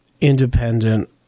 independent